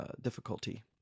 difficulty